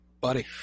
Buddy